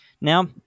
Now